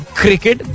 cricket